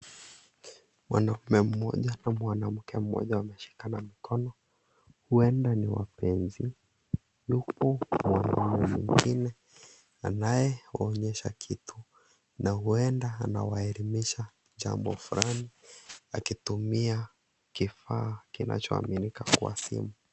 Mwanaume mmoja na mwanamke mmoja wameshikana mkona huenda ni wapenzi, yupo mwanaume mwingine anyewaonyesha kitu na huenda anawaelimisha jambo fulani akitumia kifaa kinachoaminika kua simu.